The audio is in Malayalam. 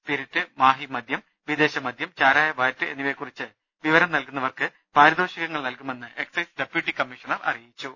സ്പിരിറ്റ് മാഹിമദ്യം വിദേശമദ്യം ചാരായ വാറ്റ് എന്നിവയെക്കുറിച്ച് വിവരം നൽകുന്നവർക്ക് പാരിതോഷികങ്ങൾ നൽകമെന്ന് എക്സൈസ് ഡപ്യൂട്ടി കമ്മീഷണർ അറിയിച്ചു